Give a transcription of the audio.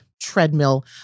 treadmill